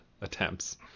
attempts